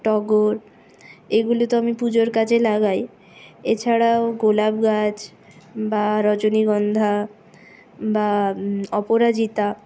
টগর এগুলো তো আমি পুজোর কাজে লাগাই এছাড়াও গোলাপ গাছ বা রজনীগন্ধা বা অপরাজিতা